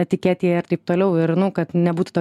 etiketėje ir taip toliau ir nu kad nebūtų to